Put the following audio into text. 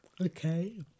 Okay